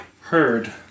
heard